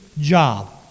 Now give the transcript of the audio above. job